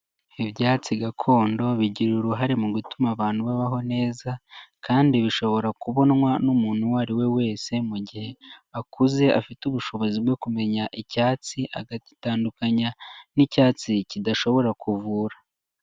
Ibyatsi gakondo bigira uruhare mu gutuma abantu babaho neza kandi bishobora kubonwa n'umuntu uwo ari we wese mu gihe akuze, afite ubushobozi bwo kumenya icyatsi, akagitandukanya n'icyatsi kidashobora kuvura.